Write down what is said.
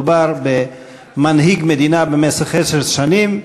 מדובר במנהיג מדינה במשך עשר שנים,